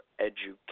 education